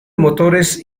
motores